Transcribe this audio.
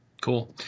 Cool